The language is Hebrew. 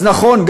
אז נכון,